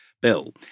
bill